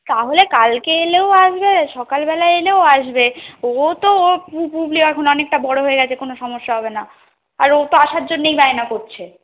তাহলে কালকে এলেও আসবে সকালবেলা এলেও আসবে ও তো পুব্লি অনেকটা বড় হয়ে গেছে কোনো সমস্যা হবে না আর ও তো আসার জন্যেই বায়না করছে